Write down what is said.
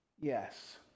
Yes